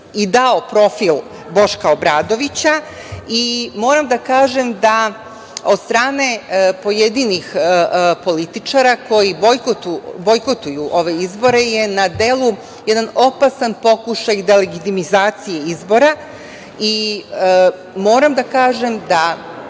i dao profil Boška Obradovića i moram da kažem, od strane pojedinih političara koji bojkotuju ove izbora je na delu jedan opasan pokušaj delegitimizacije izbora i moram da kažem